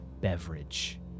beverage